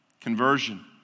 conversion